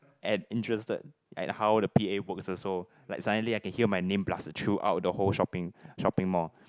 and interested at how the P_A boxes so like suddenly I can hear my name plus the throughout the whole shopping shopping mall